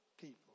people